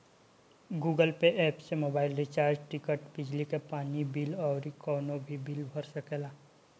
Google Pay app से mobile recharge, ticket, बिजली पानी के बिल अउरी कवनो भी बिल भर सकेला